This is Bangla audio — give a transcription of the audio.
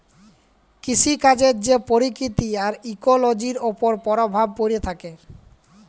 কিসিকাজের যে পরকিতি আর ইকোলোজির উপর পরভাব প্যড়ে থ্যাকে